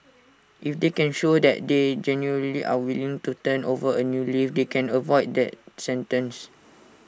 if they can show that they genuinely are willing to turn over A new leaf they can avoid that sentence